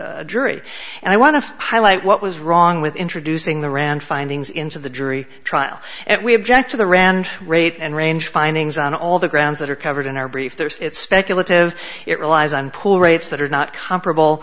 a jury and i want to highlight what was wrong with introducing the rand findings into the jury trial and we object to the rand rate and range findings on all the grounds that are covered in our brief there's speculative it relies on poor rates that are not comparable